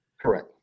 Correct